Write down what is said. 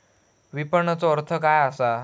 विपणनचो अर्थ काय असा?